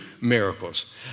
miracles